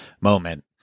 moment